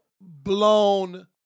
blown